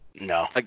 No